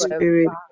Spirit